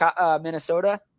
Minnesota